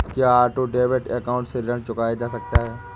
क्या auto debit account से ऋण चुकाया जा सकता है?